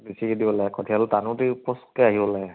বেছিকৈ দিব লাগে কঠীয়াটো টানোতে ফচকৈ আহিব লাগে